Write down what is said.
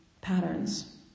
patterns